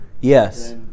Yes